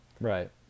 Right